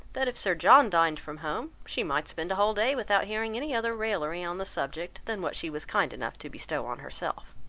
that if sir john dined from home, she might spend a whole day without hearing any other raillery on the subject, than what she was kind enough to bestow on herself.